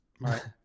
Right